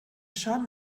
schaden